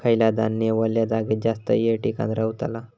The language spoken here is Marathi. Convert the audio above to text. खयला धान्य वल्या जागेत जास्त येळ टिकान रवतला?